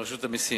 המסים.